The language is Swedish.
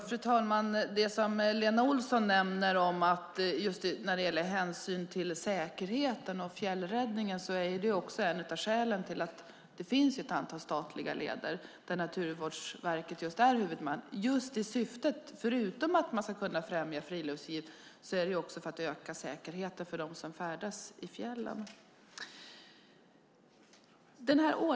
Fru talman! Det som Lena Olsson nämner om hänsyn till säkerheten och fjällräddningen är ett av skälen till att det finns en del statliga leder där Naturvårdsverket är huvudman just i syfte, förutom att främja friluftsliv, att öka säkerheten för dem som färdas i fjällen.